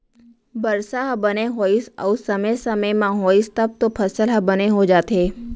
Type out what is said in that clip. बरसा ह बने होइस अउ समे समे म होइस तब तो फसल ह बने हो जाथे